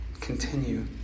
Continue